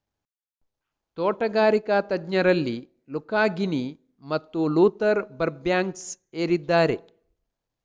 ತೋಟಗಾರಿಕಾ ತಜ್ಞರಲ್ಲಿ Luca Ghini ಮತ್ತು ಲೂಥರ್ ಬರ್ಬ್ಯಾಂಕ್ಸ್ ಏರಿದ್ದಾರೆ